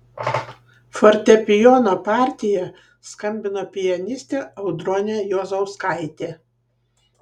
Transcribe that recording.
fortepijono partiją skambino pianistė audronė juozauskaitė